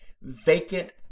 vacant